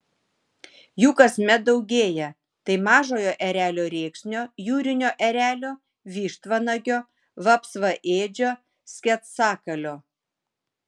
jų kasmet daugėja tai mažojo erelio rėksnio jūrinio erelio vištvanagio vapsvaėdžio sketsakalio